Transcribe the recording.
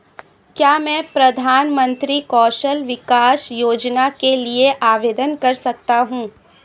क्या मैं प्रधानमंत्री कौशल विकास योजना के लिए आवेदन कर सकता हूँ?